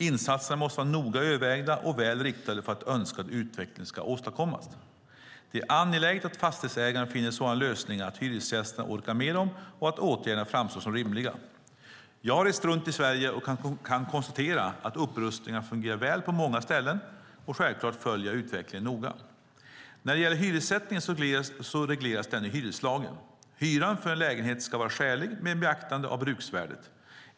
Insatserna måste vara noga övervägda och väl riktade för att önskad utveckling ska åstadkommas. Det är angeläget att fastighetsägaren finner sådana lösningar att hyresgästerna orkar med dem och att åtgärderna framstår som rimliga. Jag har rest runt i Sverige och kan konstatera att upprustningarna fungerar väl på många ställen. Självklart följer jag utvecklingen noga. När det gäller hyressättningen så regleras den i hyreslagen. Hyran för en lägenhet ska vara skälig med beaktande av bruksvärdet.